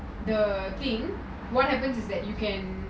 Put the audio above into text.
the thing what happens is that you can